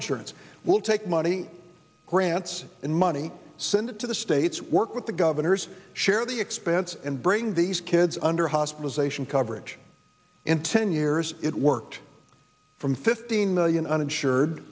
insurance will take money grants and money send it to the states work with the governors share the expense and bring these kids under hospitalization coverage in ten years it worked from fifteen million uninsured